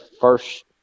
first